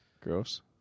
Gross